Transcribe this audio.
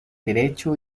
derecho